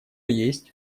есть